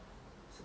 like people